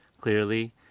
clearly